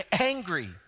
angry